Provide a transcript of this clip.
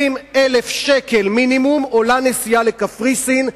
20,000 שקל מינימום עולה נסיעה לקפריסין,